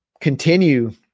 continue